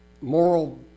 moral